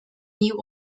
new